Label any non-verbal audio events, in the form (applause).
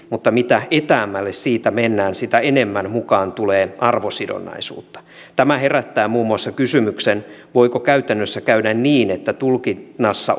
mutta mitä etäämmälle siitä mennään sitä enemmän mukaan tulee arvosidonnaisuutta tämä herättää muun muassa kysymyksen voiko käytännössä käydä niin että tulkinnassa (unintelligible)